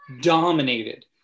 dominated